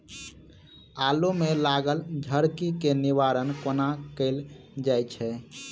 आलु मे लागल झरकी केँ निवारण कोना कैल जाय छै?